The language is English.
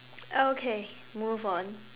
okay move on